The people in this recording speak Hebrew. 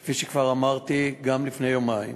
כפי שכבר אמרתי גם לפני יומיים,